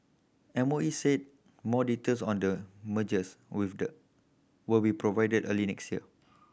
M O E said more details on the mergers with the will be provided early next year